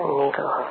needle